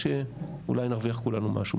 אולי נרוויח כולנו משהו מזה.